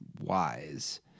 wise